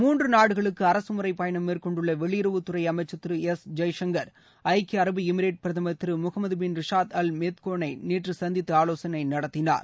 மூன்று நாடுகளுக்கு அரசு முறை பயணம் மேற்கொண்டுள்ள வெளியறவுத்துறை அமைச்சர் திரு எஸ் ஜெய்சங்கர் ஐக்கிய அரபு எமிரேட் பிரதமர் திரு முகமது பின் ரிஷாத் அல் மேக்தோனை நேற்று சந்தித்து ஆவோசனை நடத்தினார்